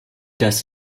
das